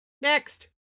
next